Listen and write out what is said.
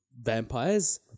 vampires